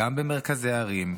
גם במרכזי ערים,